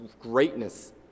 greatness